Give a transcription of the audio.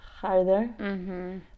harder